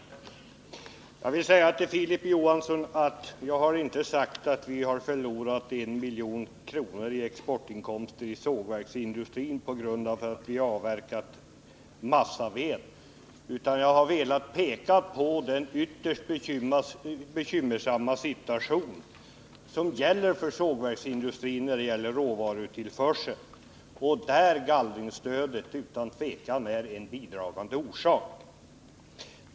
Till Filip Johansson vill jag säga att jag inte har sagt att vi förlorade 1 miljard kronor i exportinkomster och sågverksinkomster på grund av att vi avverkat massaved. Jag har velat peka på den ytterst bekymmersamma situationen för sågverksindustrin när det gäller råvarutillförsel. Där är gallringsstödet utan tvekan en bidragande orsak.